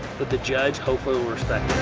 but the judge, hopefully, will respect